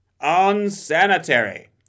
Unsanitary